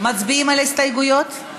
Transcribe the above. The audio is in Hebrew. מצביעים על ההסתייגויות?